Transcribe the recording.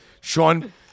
Sean